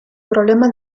problema